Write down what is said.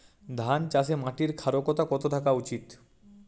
ধান চাষে মাটির ক্ষারকতা কত থাকা উচিৎ?